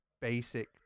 basic